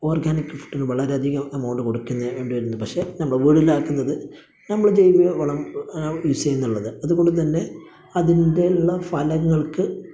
organic ഫുഡിന് വളരെ അധികം എമൗണ്ട് കൊടുക്കേണ്ടി വരുന്നു പക്ഷേ നമ്മള് വീട്ടിലാക്കുന്നത് നമ്മൾ ജൈവ വളം യൂസ് ചെയ്യുന്നുള്ളത് അതുകൊണ്ടു തന്നെ അതിൻ്റെതായുള്ള ഫലങ്ങൾക്ക്